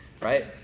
right